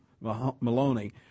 Maloney